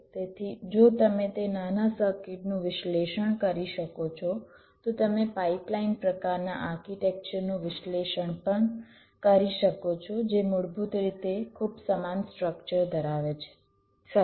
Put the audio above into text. તેથી જો તમે તે નાના સર્કિટનું વિશ્લેષણ કરી શકો છો તો તમે પાઈપલાઈન પ્રકારના આર્કિટેક્ચર નું વિશ્લેષણ પણ કરી શકો છો જે મૂળભૂત રીતે ખૂબ સમાન સ્ત્રકચર ધરાવે છે સરસ